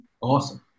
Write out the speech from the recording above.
Awesome